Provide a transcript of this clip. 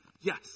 yes